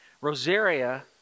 Rosaria